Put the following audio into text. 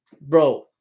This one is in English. Bro